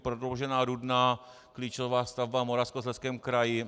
Prodloužená Rudná, klíčová stavba v Moravskoslezském kraji.